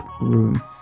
room